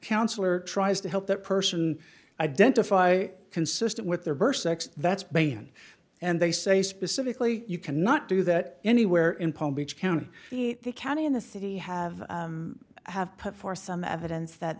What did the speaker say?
counselor tries to help that person identify consistent with their birth sex that's begun and they say specifically you cannot do that anywhere in palm beach county meet the county in the city have have put forth some evidence that